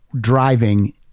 driving